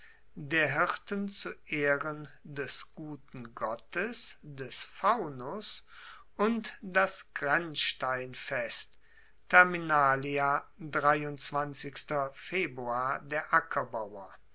der hirten zu ehren des guten gottes des faunus und das grenzstein der ackerbauer